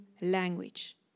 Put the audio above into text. language